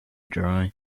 dry